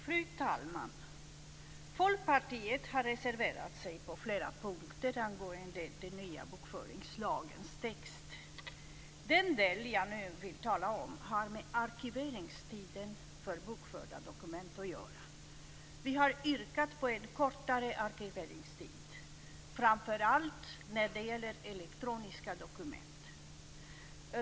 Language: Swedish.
Fru talman! Folkpartiet har reserverat sig på flera punkter angående den nya bokföringslagens text. Den del jag nu vill tala om har med arkiveringstiden för bokförda dokument att göra. Vi har yrkat på en kortare arkiveringstid framför allt när det gäller elektroniska dokument.